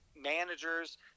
managers